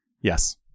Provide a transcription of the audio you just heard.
Yes